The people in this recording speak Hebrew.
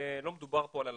לא מדובר פה על אלפים,